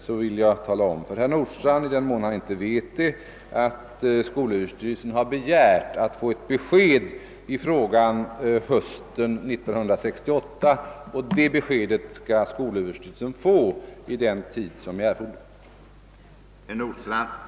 Jag vill meddela herr Nordstrandh — för den händelse han inte redan känner till det — att skolöverstyrelsen begärt att få besked i frågan hösten 1968. Det beskedet skall sköl överstyrelsen få vid den tidpunkt då det erfordras.